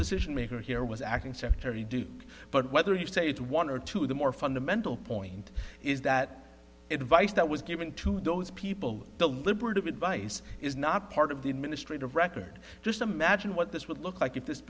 decision maker here was acting secretary do but whether you say it one or two of the more fundamental point is that it advice that was given to those people deliberative advice is not part of the administrative record just imagine what this would look like i